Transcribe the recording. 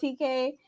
TK